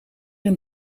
een